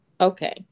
Okay